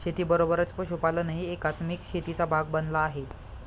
शेतीबरोबरच पशुपालनही एकात्मिक शेतीचा भाग बनला आहे